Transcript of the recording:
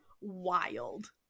wild